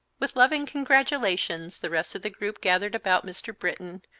with loving congratulations the rest of the group gathered about mr. britton,